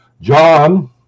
John